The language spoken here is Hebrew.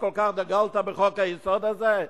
שכל כך דגלת בחוק-היסוד הזה?